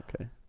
Okay